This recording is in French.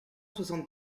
soixante